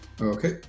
Okay